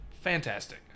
fantastic